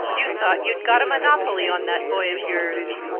you thought you'd got a monopoly on that boy of yours,